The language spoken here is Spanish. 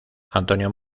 antonio